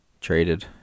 Traded